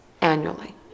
annually